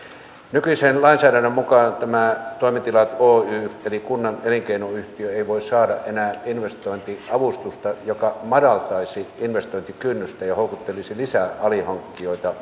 nykyisen lainsäädännön mukaan tämä toimitilat oy eli kunnan elinkeinoyhtiö ei voi saada enää investointiavustusta joka madaltaisi investointikynnystä ja ja houkuttelisi mahdollisesti lisää alihankkijoita